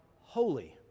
holy